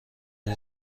این